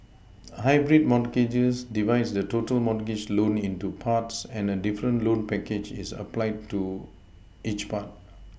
hybrid mortgages divides the total mortgage loan into parts and a different loan package is applied to each part